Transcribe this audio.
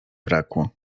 brakło